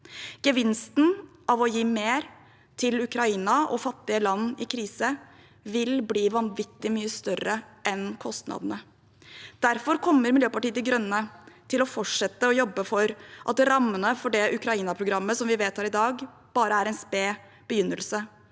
Gevinsten av å gi mer til Ukraina og fattige land i krise vil bli vanvittig mye større enn kostnadene. Derfor kommer Miljøpartiet De Grønne til å fortsette å jobbe for at rammene for det Ukraina-programmet som vi vedtar i dag, bare er en sped begynnelse